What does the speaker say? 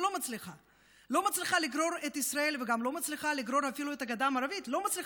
ואני מצפה מכם, גם ממך, כבוד